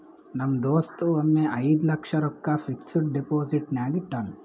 ನಮ್ ದೋಸ್ತ ಒಮ್ಮೆ ಐಯ್ದ ಲಕ್ಷ ರೊಕ್ಕಾ ಫಿಕ್ಸಡ್ ಡೆಪೋಸಿಟ್ನಾಗ್ ಇಟ್ಟಾನ್